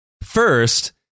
First